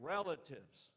Relatives